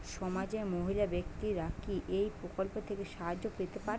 সমাজের মহিলা ব্যাক্তিরা কি এই প্রকল্প থেকে সাহায্য পেতে পারেন?